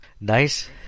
nice